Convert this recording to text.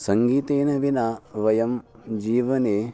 सङ्गीतेन विना वयं जीवने